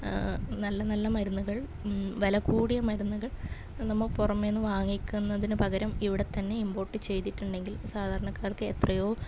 നല്ല നല്ല മരുന്നുകൾ വിലക്കൂടിയ മരുന്നുകൾ നമ്മൾ പുറമ്മേന്ന് വാങ്ങിക്കുന്നതിന് പകരം ഇവിടെത്തന്നെ ഇമ്പോട്ട് ചെയ്തിട്ടുണ്ടെങ്കിൽ സാധാരണക്കാർക്ക് എത്രയോ